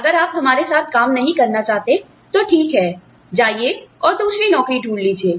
अगर आप हमारे साथ काम नहीं करना चाहते तो ठीक है जाइए और दूसरी नौकरी ढूंढ लीजिए